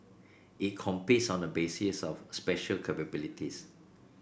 it competes on the basis of special capabilities